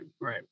Right